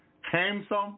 handsome